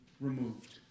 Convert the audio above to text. removed